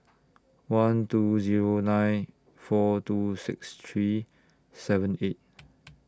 one two Zero nine four two six three seven eight